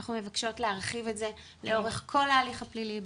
אנחנו מבקשות להרחיב את זה לאורך כל ההליך הפלילי,